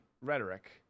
rhetoric